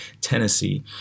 Tennessee